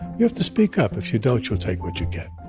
you have to speak up. if you don't, you'll take what you get.